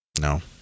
No